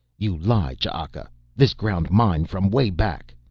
you lie, ch'aka this ground mine from way back.